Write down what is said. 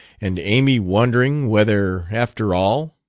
and amy wondering whether, after all!